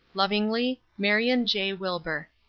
lovingly, marion j wilbur.